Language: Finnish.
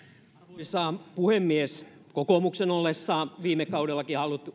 arvoisa puhemies kokoomuksen ollessa viime kaudellakin